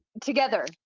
together